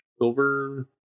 Silver